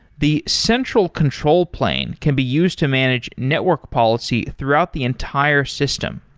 the central control plane can be used to manage network policy throughout the entire system.